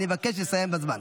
אני מבקש לסיים בזמן.